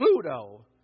Pluto